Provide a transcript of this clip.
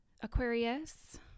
Aquarius